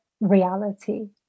reality